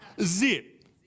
zip